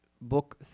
book